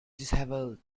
dishevelled